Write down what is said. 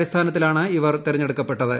അടിസ്ഥാനത്തിലാണ് ഇവർ തെരഞ്ഞെടുക്കപ്പെട്ടത്